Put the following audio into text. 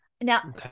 Now